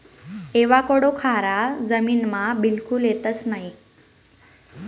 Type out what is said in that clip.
avocado खारा जमीनमा बिलकुल येतंस नयी